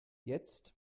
jetzt